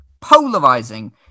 polarizing